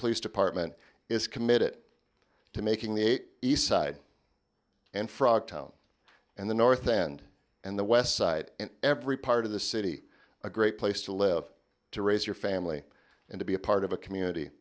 police department is committed to making the eight east side and frog and the north end and the west side in every part of the city a great place to live to raise your family and to be a part of a community